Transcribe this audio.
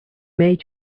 made